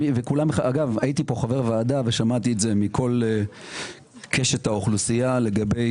והייתי פה חבר ועדה ושמעתי את זה מכל קשת האוכלוסייה לגבי